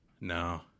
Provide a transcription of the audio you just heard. No